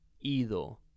ido